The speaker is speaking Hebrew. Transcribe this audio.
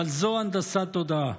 אבל זו הנדסת תודעה,